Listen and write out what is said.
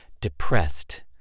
Depressed